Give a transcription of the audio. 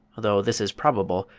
though this is probable,